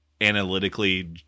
analytically